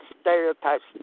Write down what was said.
stereotypes